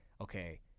okay